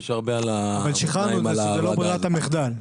אבל שחררנו את זה שזה לא ברירת המחדל,